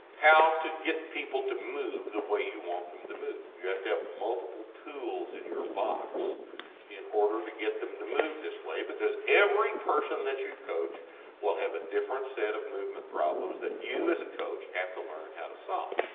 how to get people to move the way you want them to move. you you have to have multiple tools in your box in order to get them to move this way but because every person that you coach will have a different set of movement problems that you as a coach have to learn how to solve,